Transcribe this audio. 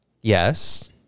Yes